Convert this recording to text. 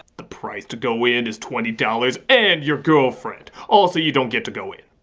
the price to go in is twenty dollars and your girlfriend! also, you don't get to go in.